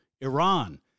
Iran